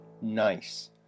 Nice